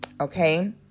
Okay